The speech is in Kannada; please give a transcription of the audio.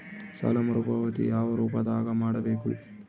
ಸಾಲ ಮರುಪಾವತಿ ಯಾವ ರೂಪದಾಗ ಮಾಡಬೇಕು?